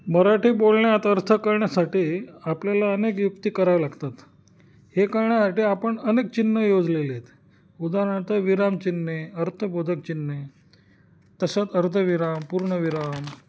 मराठी बोलण्यात अर्थ कळण्यासाठी आपल्याला अनेक युक्ती करावे लागतात हे कळण्यासाठी आपण अनेक चिन्ह योजलेले आहेत उदाहारणार्थ विरामचिन्हे अर्थबोधकचिन्हे तसेच अर्धविराम पूर्णविराम